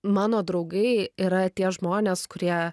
mano draugai yra tie žmonės kurie